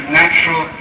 natural